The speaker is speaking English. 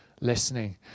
listening